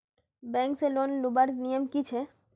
Bank से loan लुबार नियम की छे?